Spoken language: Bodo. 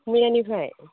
मैयानिफ्राय